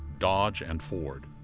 dodge, and ford.